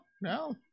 no